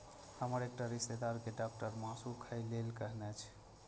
हमर एकटा रिश्तेदार कें डॉक्टर मासु खाय लेल कहने छै